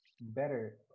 better